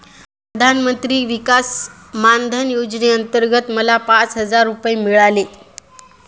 प्रधानमंत्री किसान मान धन योजनेअंतर्गत मला पाच हजार रुपये मिळाले